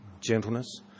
gentleness